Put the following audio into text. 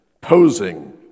posing